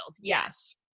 Yes